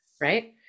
right